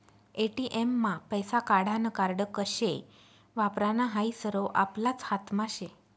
ATM मा पैसा काढानं कार्ड कशे वापरानं हायी सरवं आपलाच हातमा शे